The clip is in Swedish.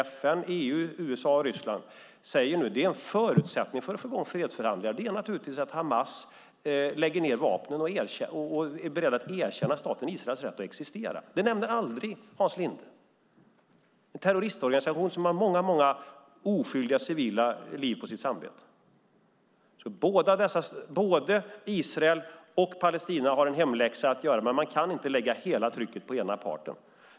FN, EU, USA och Ryssland säger att en förutsättning för att få i gång fredsförhandlingar är naturligtvis att Hamas lägger ned vapnen och är beredd att erkänna staten Israels rätt att existera. Det nämner aldrig Hans Linde. Det är en terroristorganisation som har många oskyldiga civila liv på sitt samvete. Både Israel och Palestina har en hemläxa att göra, men man kan inte lägga hela trycket på ena parten.